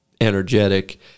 energetic